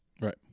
Right